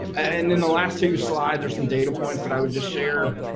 and then the last two slides are some data points that i would just share,